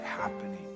happening